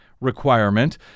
requirement